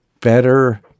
better